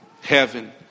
heaven